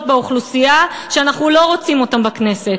באוכלוסייה שאנחנו לא רוצים אותן בכנסת,